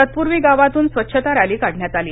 तत्पूर्वी गावातून स्वच्छता रस्ती काढण्यात आली